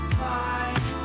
fine